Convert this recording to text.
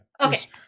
Okay